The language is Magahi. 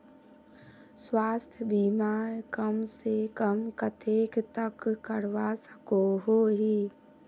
स्वास्थ्य बीमा कम से कम कतेक तक करवा सकोहो ही?